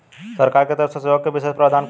सरकार के तरफ से सहयोग के विशेष प्रावधान का हई?